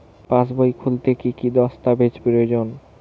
পাসবই খুলতে কি কি দস্তাবেজ প্রয়োজন?